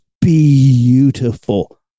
beautiful